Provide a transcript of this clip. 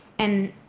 and,